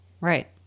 Right